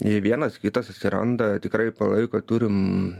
jie vienas kitą susiranda tikrai palaiko turim